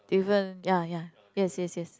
different ya ya yes yes yes